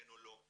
כן או לא.